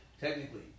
technically